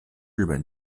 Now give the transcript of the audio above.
日本